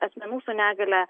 asmenų su negalia